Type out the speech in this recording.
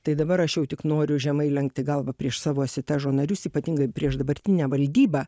tai dabar aš jau tik noriu žemai lenkti galvą prieš savo asitežo narius ypatingai prieš dabartinę valdybą